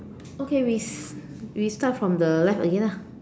okay we we start from the left again lah